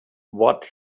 what